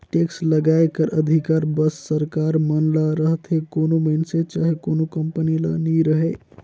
tax लगाए कर अधिकार बस सरकार मन ल रहथे कोनो मइनसे चहे कोनो कंपनी ल नी रहें